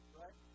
right